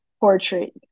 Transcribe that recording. portrait